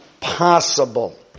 possible